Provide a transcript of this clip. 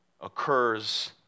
occurs